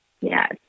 Yes